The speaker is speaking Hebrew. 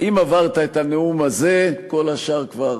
אם עברת את הנאום הזה, כל השאר כבר,